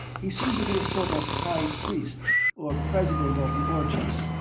he seemed to be a sort of high priest or president of the orgies.